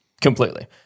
Completely